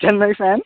Chennai fan